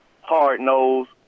hard-nosed